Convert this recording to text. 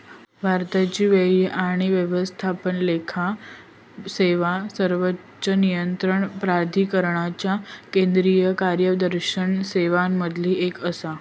भारताची व्यय आणि व्यवस्थापन लेखा सेवा सर्वोच्च नियंत्रण प्राधिकरणाच्या केंद्रीय कार्यप्रदर्शन सेवांमधली एक आसा